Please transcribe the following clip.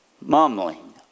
Mumbling